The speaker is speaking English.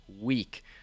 week